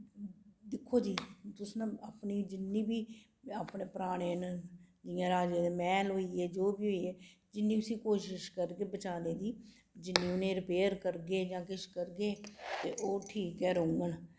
दिक्खो जी तुस ना अपनी जिन्नी बी अपने पराने न जि'यां राजें दे मैह्ल होई गे जो बी होई गे जिन्नी उसी कोशिश करगे बचाने दी जिन्नी उनेंईं रिपेयर करगे जां किश करगे ते ओह् ठीक गै रौह्ङन